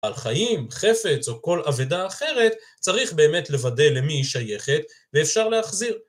על חיים, חפץ או כל אבדה אחרת, צריך באמת לוודא למי היא שייכת ואפשר להחזיר.